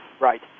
Right